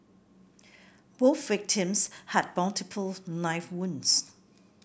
both victims had multiple knife wounds